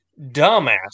dumbass